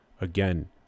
Again